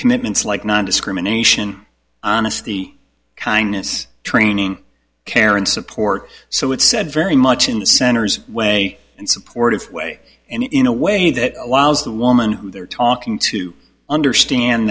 commitments like nondiscrimination honesty kindness training care and support so it's said very much in the center's way and supportive way and in a way that allows the woman who they're talking to understand